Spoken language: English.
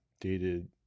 Dated